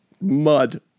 mud